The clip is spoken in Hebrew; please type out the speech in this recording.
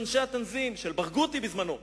של אנשי ה"תנזים" של ברגותי בזמנו,